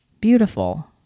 Beautiful